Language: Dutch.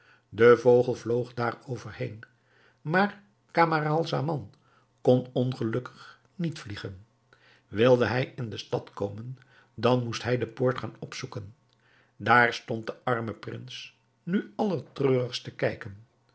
de vogel vloog daarover heen maar camaralzaman kon ongelukkig niet vliegen wilde hij in de stad komen dan moest hij de poort gaan op zoeken daar stond de arme prins nu allertreurigst te kijken